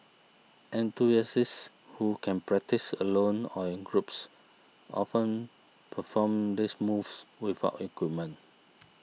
enthusiasts who can practise alone or in groups often perform these moves without equipment